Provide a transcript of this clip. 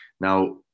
now